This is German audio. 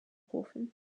offen